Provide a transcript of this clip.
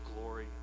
glory